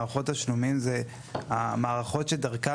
מערכות תשלומים אלו הן המערכות שדרכן